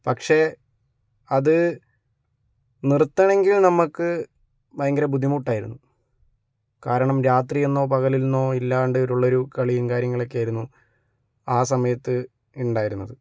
പക്ഷെ അത് നിർത്തണെങ്കിൽ നമുക്ക് ഭയങ്കര ബുദ്ധിമുട്ടായിരുന്നു കാരണം രാത്രിയെന്നോ പകലെന്നോ ഇല്ലാണ്ട് ഉള്ളൊരു കളിയും കാര്യങ്ങളൊക്കെയായിരുന്നു ആ സമയത്ത് ഉണ്ടായിരുന്നത്